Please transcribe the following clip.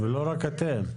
ולא רק אתם.